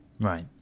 Right